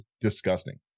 disgusting